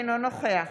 אינו נוכח